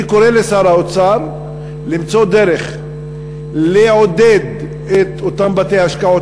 אני קורא לשר האוצר למצוא דרך לעודד את אותם בתי-השקעות